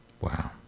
Wow